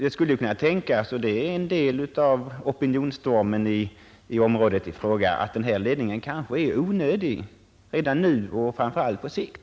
Det skulle kunna tänkas — och detta är i varje fall delvis orsaken till opinionsstormen — att denna ledning är onödig redan nu och framför allt på sikt.